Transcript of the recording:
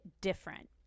different